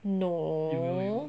no